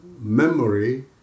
memory